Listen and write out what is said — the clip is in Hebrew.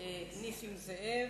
נסים זאב,